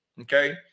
okay